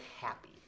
happy